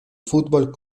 fútbol